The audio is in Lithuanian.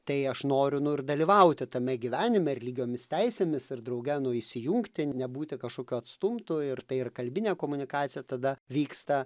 tai aš noriu nu ir dalyvauti tame gyvenime ir lygiomis teisėmis ir drauge įsijungti nebūti kažkokiu atstumtu ir tai ir kalbinė komunikacija tada vyksta